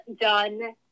done